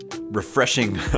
refreshing